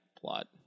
plot